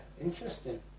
Interesting